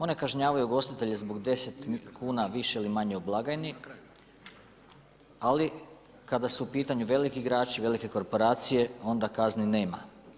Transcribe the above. One kažnjavaju ugostitelje zbog 10 kuna više ili manje u blagajni, ali kada su u pitanju veliki igrači, velike korporacije, onda kazni nema.